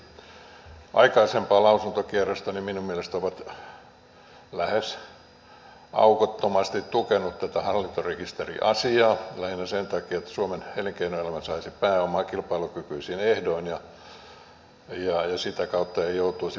nämä kaksi aikaisempaa lausuntokierrosta minun mielestäni ovat lähes aukottomasti tukeneet tätä hallintarekisteriasiaa lähinnä sen takia että suomen elinkeinoelämä saisi pääomaa kilpailukykyisin ehdoin ja sitä kautta ei joutuisi pääomapulasta kärsimään